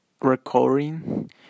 recording